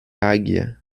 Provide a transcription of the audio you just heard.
águia